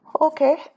Okay